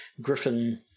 Griffin